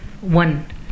one